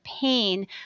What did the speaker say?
pain